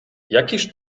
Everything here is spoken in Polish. jakiż